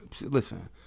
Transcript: Listen